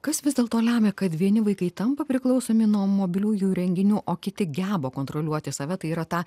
kas vis dėlto lemia kad vieni vaikai tampa priklausomi nuo mobiliųjų įrenginių o kiti geba kontroliuoti save tai yra ta